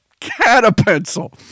Catapencil